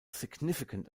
significant